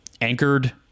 anchored